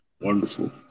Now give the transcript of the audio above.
Wonderful